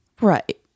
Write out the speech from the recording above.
Right